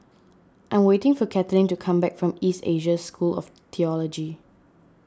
I'm waiting for Kathleen to come back from East Asia School of theology